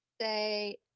say